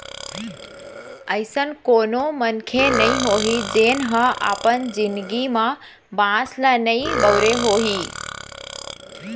अइसन कोनो मनखे नइ होही जेन ह अपन जिनगी म बांस ल नइ बउरे होही